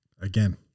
again